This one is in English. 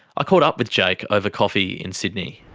ah caught up with jake over coffee in sydney.